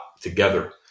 together